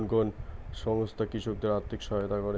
কোন কোন সংস্থা কৃষকদের আর্থিক সহায়তা করে?